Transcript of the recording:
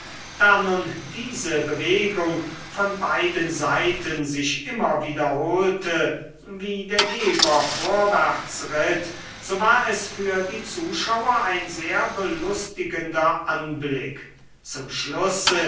da nun diese bewegung von beiden seiten sich immer wiederholte wie der geber vorwärts ritt so war es für die zuschauer ein sehr belustigender anblick zum schlusse